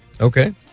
Okay